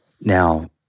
Now